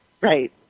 Right